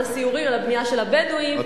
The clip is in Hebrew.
על הבנייה של הבדואים,